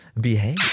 Behave